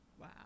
Wow